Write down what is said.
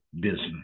business